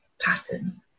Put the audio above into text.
pattern